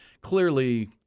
clearly